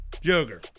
Joker